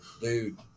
dude